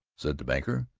said the banker.